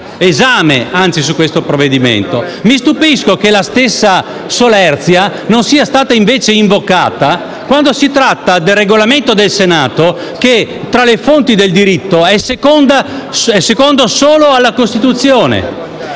esame su questo provvedimento. Mi stupisco che la stessa solerzia non sia stata invece invocata quando si tratta del Regolamento del Senato che, tra le fonti del diritto, è secondo solo alla Costituzione.